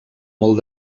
molt